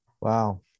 Wow